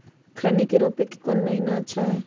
खैनी के रोप के कौन महीना अच्छा है?